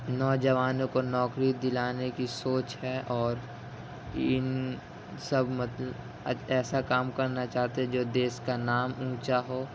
نوجوانوں کو نوکری دلانے کی سوچ ہے اور اِن سب مطلب ایسا کام کرنا چاہتے ہے جو دیش کا نام اونچا ہو